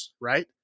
right